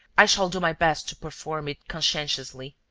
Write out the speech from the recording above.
i shall do my best to perform it conscientiously.